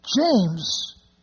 James